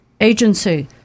agency